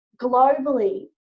Globally